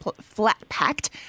flat-packed